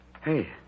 Hey